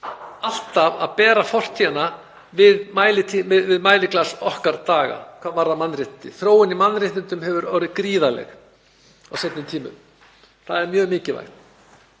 alltaf að bera fortíðina við mæliglas okkar daga hvað varðar mannréttindi. Þróun í mannréttindum hefur orðið gríðarleg á seinni tímum. Það er mjög mikilvægt.